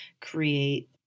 create